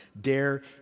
dare